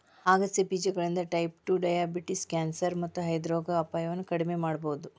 ಆಗಸೆ ಬೇಜಗಳಿಂದ type two diabetes, cancer ಮತ್ತ ಹೃದ್ರೋಗದ ಅಪಾಯವನ್ನ ಕಡಿಮಿ ಮಾಡಬೋದು